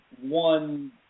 one